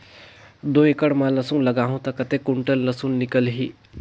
दो एकड़ मां लसुन लगाहूं ता कतेक कुंटल लसुन निकल ही?